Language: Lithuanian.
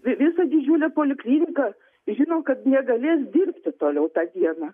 visa didžiulė poliklinika žino kad negalės dirbti toliau tą dieną